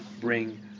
bring